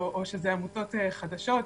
או שאלו עמותות חדשות?